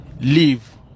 leave